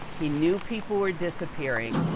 he knew people were disappearing,